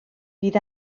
bydd